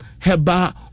heba